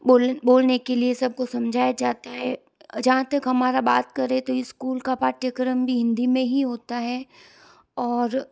बोलन बोलने के लिए स बको समझाया जाता है जहाँ तक हमारी बात करें तो इस्कूल का पाठ्यक्रम भी हिंदी में ही होता है और